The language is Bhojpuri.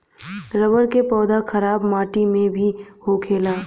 रबर क पौधा खराब माटी में भी होखेला